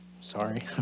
sorry